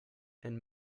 and